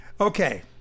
Okay